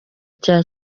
cya